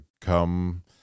come